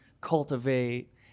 cultivate